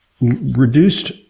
reduced